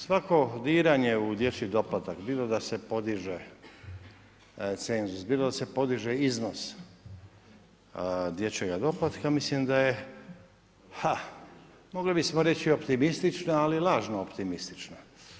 Svako diranje u dječji doplatak bili da se podiže cenzus, bilo da se podiže iznos dječjega doplatka mislim da je, ha, mogli bismo reći i optimistično ali lažno optimistično.